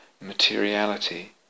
materiality